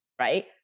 right